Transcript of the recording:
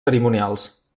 cerimonials